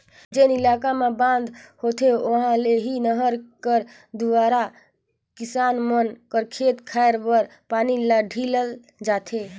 जेन इलाका मे बांध होथे उहा ले ही नहर कर दुवारा किसान मन कर खेत खाएर बर पानी ल ढीलल जाथे